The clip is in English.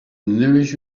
nourish